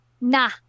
nah